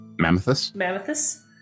Mammothus